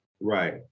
Right